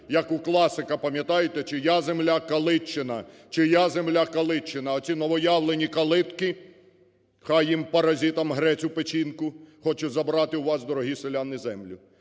Як у класика, пам'ятаєте: "Чия земля? – Калитчина. – Чия земля? – Калитчина". Оці новоявлені "калитки" – хай їм, паразитам, грець у печінку! – хочуть забрати у вас, дорогі селяни, землю,